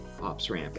OpsRamp